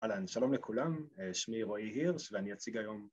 אהלן, שלום לכולם, שמי רועי הירש ואני אציג היום...